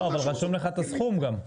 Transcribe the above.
לא אבל רשום לך את הסכום גם,